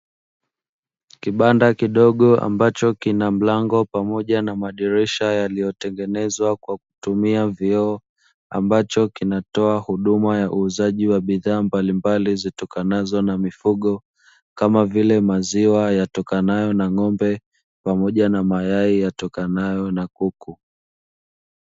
Kibanda kidogo ambacho kina mlango pamoja na madirisha yaliyotengenezwa kwa kutumia vioo, ambacho kinatoa huduma ya uuzaji wa bidhaa mbalimbali zitokanazo na mifugo, kama vile maziwa yatokanayo na ng'ombe pamoja na mayai yatokanayo na kuku.